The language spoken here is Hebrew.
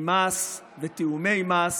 ממס ותיאומי מס,